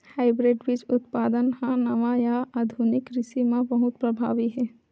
hybrid बीज उत्पादन हा नवा या आधुनिक कृषि मा बहुत प्रभावी हे